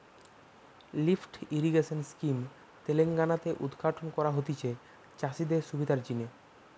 lift irrigation scheme Telangana তে উদ্ঘাটন করা হতিছে চাষিদের সুবিধার জিনে